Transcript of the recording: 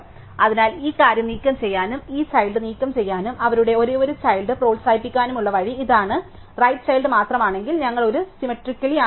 അതിനാൽ ഈ കാര്യം നീക്കംചെയ്യാനും ഈ ചൈൽഡ് നീക്കം ചെയ്യാനും അവരുടെ ഒരേയൊരു ചൈൽഡ് പ്രോത്സാഹിപ്പിക്കാനുമുള്ള വഴി ഇതാണ് റൈറ് ചൈൽഡ് മാത്രമാണെങ്കിൽ ഞങ്ങൾ ഒരു സിമെട്രിക്കലി ആണ് ചെയ്യുന്നത്